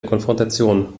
konfrontation